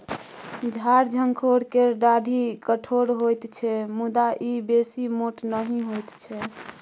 झार झंखोर केर डाढ़ि कठोर होइत छै मुदा ई बेसी मोट नहि होइत छै